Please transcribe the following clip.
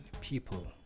people